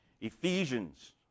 Ephesians